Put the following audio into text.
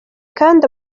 kandi